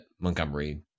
Montgomery